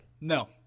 No